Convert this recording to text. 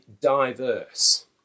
diverse